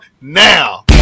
now